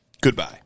Goodbye